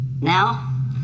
Now